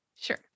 Sure